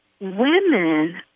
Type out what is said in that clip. women